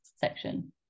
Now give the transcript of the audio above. section